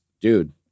Dude